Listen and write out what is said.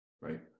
right